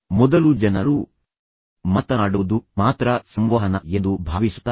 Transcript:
ಮೊದಲು ಜನರು ಮಾತನಾಡುವುದು ಮಾತ್ರ ಸಂವಹನ ಎಂದು ಭಾವಿಸುತ್ತಾರೆ